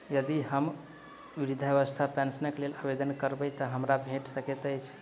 यदि हम वृद्धावस्था पेंशनक लेल आवेदन करबै तऽ हमरा भेट सकैत अछि?